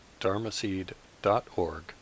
dharmaseed.org